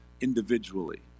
individually